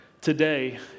today